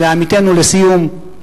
לעמיתינו לסיום,